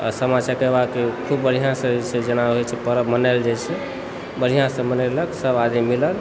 आ सामा चकेवाके खुब बढ़िआँसे जेना होइ छै पर्व मनाओल जाइ छै बढ़िआँसे मनेलक सब आदमी मिलल